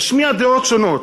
נשמיע דעות שונות,